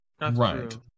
Right